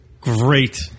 great